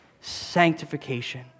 sanctification